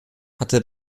hatte